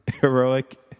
heroic